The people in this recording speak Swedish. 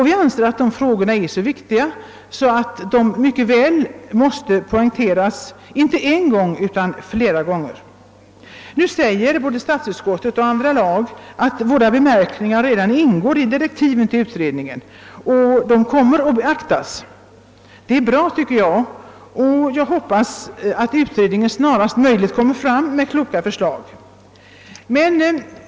Vi anser att dessa frågor är så viktiga, att det finns all anledning att poängtera dem inte bara en gång utan flera gånger. Både statsutskottet och andra lagutskottet säger att våra påpekanden redan är medtagna i direktiven till utredningen och kommer att beaktas. Jag tycker det är bra och jag hoppas att utredningen snarast möjligt kommer att framlägga kloka förslag.